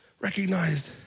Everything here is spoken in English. recognized